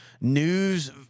news—